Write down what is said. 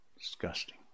Disgusting